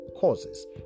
Causes